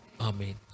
Amen